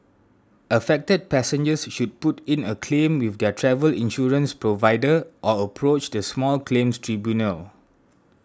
affected passengers should put in a claim with their travel insurance provider or approach the small claims tribunal